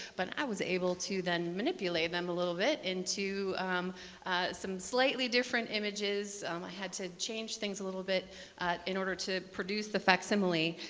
but i was able to then manipulate them a little bit into some slightly different images. i had to change things a little bit in order to produce the facsimile.